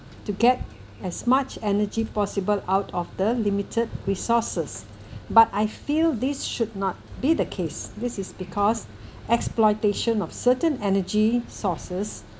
to get as much energy possible out of the limited resources but I feel this should not be the case this is because exploitation of certain energy sources